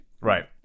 Right